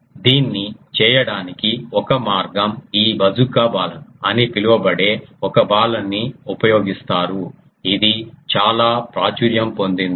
దీన్ని చేయటానికి ఒక మార్గం ఈ బాజూకా బాలన్ అని పిలువబడే ఒక బాలన్ ని ఉపయోగిస్తారు ఇది చాలా ప్రాచుర్యం పొందింది